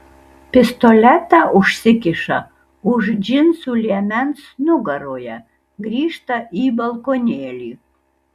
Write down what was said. pistoletą užsikiša už džinsų liemens nugaroje grįžta į balkonėlį